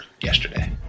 yesterday